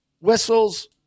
whistles